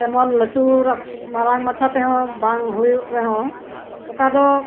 ᱛᱮᱢᱚᱱ ᱞᱟᱴᱩ ᱢᱟᱨᱟᱝ ᱢᱟᱪᱷᱟ ᱛᱮᱦᱚᱸ ᱵᱟᱝ ᱦᱩᱭᱩᱜ ᱨᱮᱦᱚᱸ ᱚᱠᱟ ᱫᱚ